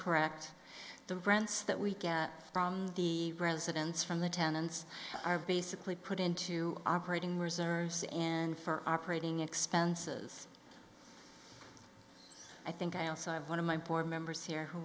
correct them grants that we get from the residence from the tenants are basically put into operating reserves and for operating expenses i think i have one of my poor members here who